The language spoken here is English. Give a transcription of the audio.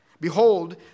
Behold